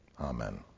amen